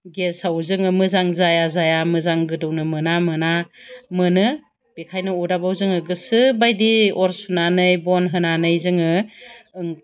गेसाव जोङो मोजां जाया जाया मोजां गोदौनो मोना मोना मोनो बेनिखायनो अरदाबाव जोङो गोसो बायदि अर सुनानै बन होनानै जोङो